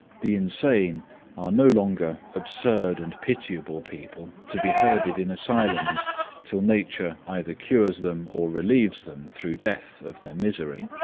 the insane are no longer absurd and pitiable people, to be herded in asylums till nature either cures them or relieves them, through death, of their misery.